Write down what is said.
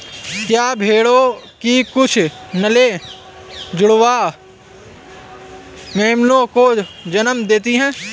क्या भेड़ों की कुछ नस्लें जुड़वा मेमनों को जन्म देती हैं?